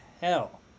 hell